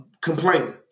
complaining